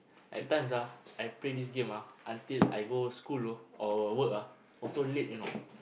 at times ah I play this game ah until I go school low or work ah also late you know